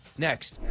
Next